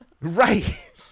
Right